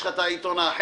יש לך את העיתון האחר?